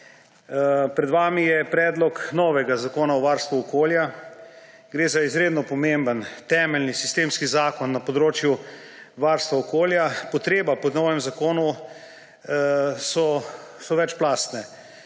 Pred vami je predlog novega zakona o varstvu okolja. Gre za izredno pomemben temeljni sistemski zakon na področju varstva okolja. Potrebe po novem zakonu so več plastne.